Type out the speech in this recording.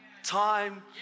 Time